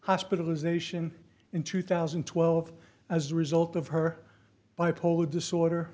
hospitalization in two thousand and twelve as a result of her bipolar disorder